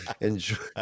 Enjoy